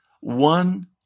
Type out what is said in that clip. one